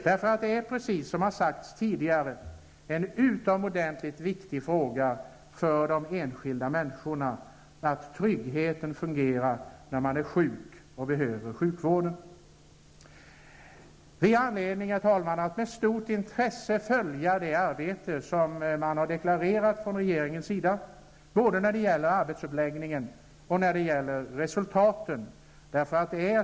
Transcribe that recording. Det är precis som det har sagts tidigare: det är utomordentligt viktigt för de enskilda människorna att tryggheten fungerar när de är sjuka och behöver sjukvård. Det finns anledning att med stort intresse följa det arbete som regeringen har deklarerat både när det gäller arbetets uppläggning och när det gäller resultatet.